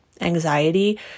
anxiety